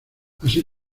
así